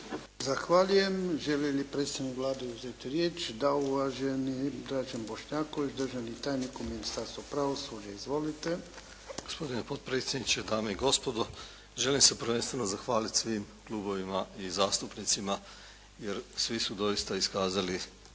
Zahvaljujem. Želi li predstavnik Vlade uzeti riječ? Da. Uvaženi Dražen Bošnjaković, državni tajnik u Ministarstvu pravosuđa. Izvolite. **Bošnjaković, Dražen (HDZ)** Gospodine potpredsjedniče, dame i gospodo. Želim se prvenstveno zahvaliti svim klubovima i zastupnicima jer svi su doista iskazali